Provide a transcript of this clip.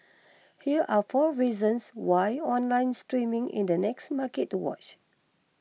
here are four reasons why online streaming is the next market to watch